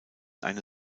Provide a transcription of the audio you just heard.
eine